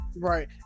Right